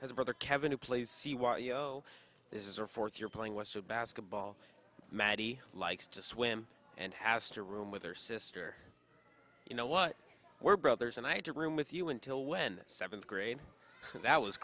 his brother kevin who plays you know this is our fourth year playing was to basketball mattie likes to swim and has to room with her sister you know what we're brothers and i had to room with you until when seventh grade that was